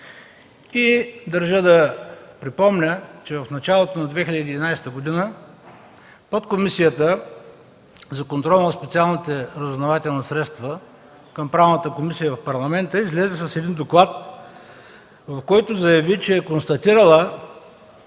Държа да припомня, че в началото на 2011 г. подкомисията за контрол на специалните разузнавателни средства към Правната комисия в Парламента излезе с един доклад, в който заяви, че е констатирала